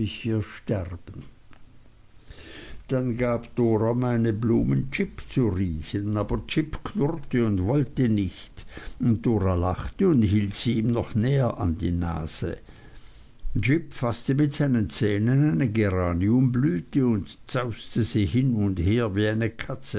hier sterben dann gab dora meine blumen jip zu riechen aber jip knurrte und wollte nicht und dora lachte und hielt sie ihm noch näher an die nase jip faßte mit seinen zähnen eine geraniumblüte und zauste sie hin und her wie eine katze